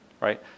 right